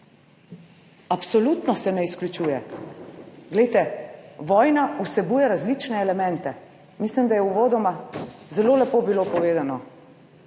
Absolutno se ne izključuje. Glejte, vojna vsebuje različne elemente. Mislim, da je uvodoma zelo lepo bilo povedano,